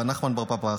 נחמן בר פפא,